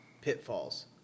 pitfalls